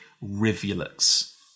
rivulets